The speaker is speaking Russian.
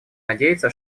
надеяться